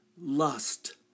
lust